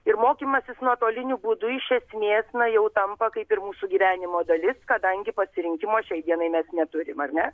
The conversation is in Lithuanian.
ir mokymasis nuotoliniu būdu iš esmės na jau tampa kaip ir mūsų gyvenimo dalis kadangi pasirinkimo šiai dienai mes neturim ar ne